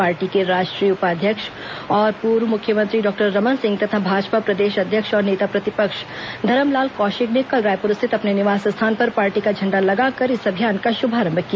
party के राष्ट्रीय उपाध्यक्ष और पूर्व मुख्यमंत्री डॉक्टर रमन सिंह तथा भाजपा प्रदेश अध्यक्ष और नेता प्रतिपक्ष धरमलाल कौशिक ने कल रायपुर स्थित अपने निवास स्थान पर पार्टी का झण्डा लगाकर इस अभियान का शुभारंभ किया